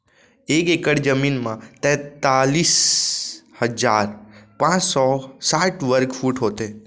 एक एकड़ जमीन मा तैतलीस हजार पाँच सौ साठ वर्ग फुट होथे